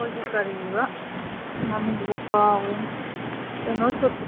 ꯑꯩꯈꯣꯏꯒꯤ ꯀꯔꯤꯑꯕ ꯃꯃꯤꯡꯗꯨꯕꯨ ꯀꯥꯎꯒꯔꯦꯅꯦ ꯀꯩꯅꯣ ꯁꯨꯠꯇꯣ